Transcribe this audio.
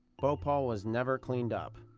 bhopal was never cleaned up.